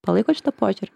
palaikot šitą požiūrį